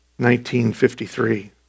1953